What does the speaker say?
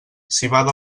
civada